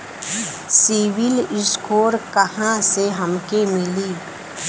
CIBIL score कहाँसे हमके मिली?